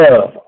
love